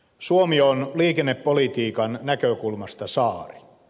suomi on liikennepolitiikan näkökulmasta saari